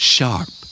Sharp